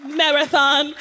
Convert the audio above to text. marathon